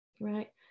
right